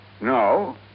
no